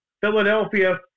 Philadelphia